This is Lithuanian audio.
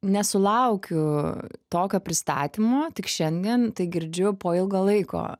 nesulaukiu tokio pristatymo tik šiandien tai girdžiu po ilgo laiko